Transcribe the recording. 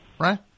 Right